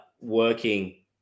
working